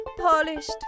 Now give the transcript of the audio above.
Polished